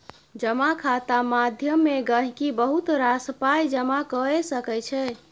जमा खाता माध्यमे गहिंकी बहुत रास पाइ जमा कए सकै छै